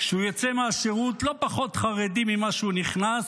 שהוא יצא מהשירות לא פחות חרדי ממה שהוא נכנס,